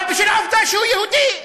אבל בגלל העובדה שהוא יהודי,